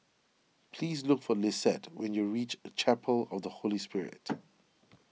please look for Lisette when you reach Chapel of the Holy Spirit